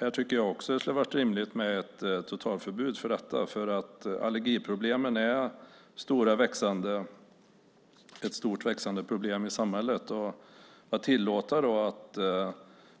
Här tycker jag också att det skulle ha varit rimligt med ett totaltförbud, för allergi är ett stort och växande problem i samhället. Att då tillåta att